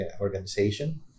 organization